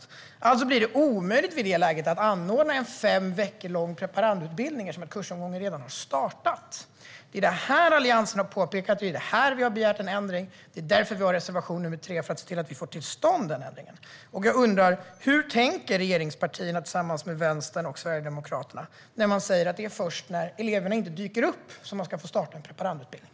I det läget blir det alltså omöjligt att anordna en fem veckor lång preparandutbildning eftersom kursomgången redan har startat. Det är det här Alliansen har påpekat, och det är här vi har begärt en ändring. Därför har vi reservation nr 3 för att få till stånd denna ändring. Jag undrar: Hur tänker regeringspartierna tillsammans med Vänstern och Sverigedemokraterna när man säger att det är först när eleverna inte dyker upp som man ska få starta en preparandutbildning?